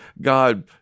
God